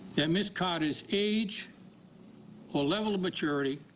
that ms. carter's age or level of maturity